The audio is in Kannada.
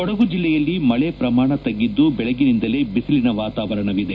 ಕೊಡಗು ಜಲ್ಲೆಯಲ್ಲಿ ಮಳೆ ಪ್ರಮಾಣ ತಗ್ಗಿದ್ದು ಬೆಳಗ್ಗಿನಿಂದಲೇ ಬಿಸಿಲಿನ ವಾತಾವರಣವಿದೆ